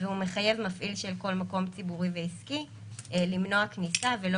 והוא מחייב מפעיל של כל מקום ציבורי ועסקי למנוע כניסה ולא